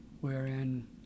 wherein